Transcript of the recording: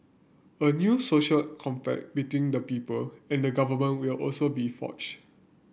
a new social compact between the people and the government will also be forged